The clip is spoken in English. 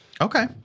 okay